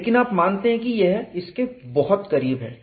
लेकिन आप मानते हैं कि यह इसके बहुत करीब है